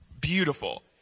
beautiful